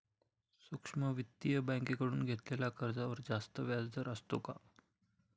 सूक्ष्म वित्तीय बँकेकडून घेतलेल्या कर्जावर जास्त व्याजदर असतो का?